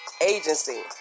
agency